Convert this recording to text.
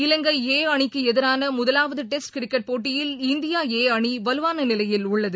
இலங்கை A அணிக்குஎதிரானமுதலாவதுடெஸ்ட் cricket போட்டியில் India A அணிவலுவானநிலையில் உள்ளது